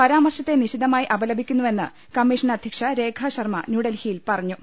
പരാമർശത്തെ നിശിതമായി അപലപിക്കുന്നുവെന്ന് commission അധ്യക്ഷ രേഖാശർമ ന്യൂഡൽഹിയിൽ പറഞ്ഞു